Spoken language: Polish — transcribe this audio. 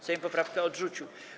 Sejm poprawkę odrzucił.